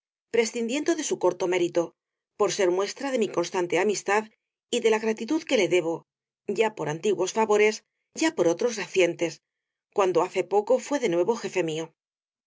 prescindiendo de su corto mérito por ser muestra de mi constante amistad y de la gratitud que le debo ya por antiguos favores ya por otros recientes cuando hace poco fué de nuevo jefe mío